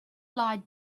light